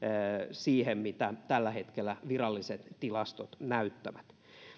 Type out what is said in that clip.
siihen nähden mitä tällä hetkellä viralliset tilastot näyttävät